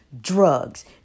drugs